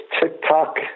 TikTok